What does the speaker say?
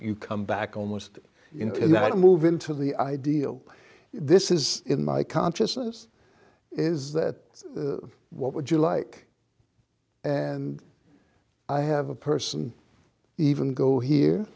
you come back almost in that move into the ideal this is in my consciousness is that what would you like and i have a person even go here